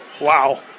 Wow